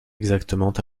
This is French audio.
exactement